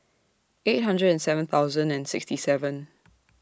eight hundred and seven thousand and sixty seven